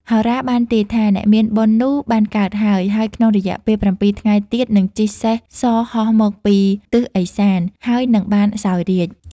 ហោរាបានទាយថា អ្នកមានបុណ្យនោះបានកើតហើយ ហើយក្នុងរយៈពេល ៧ ថ្ងៃទៀត នឹងជិះសេះសហោះមកពីទិសឦសាន ហើយនឹងបានសោយរាជ្យ ។